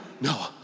no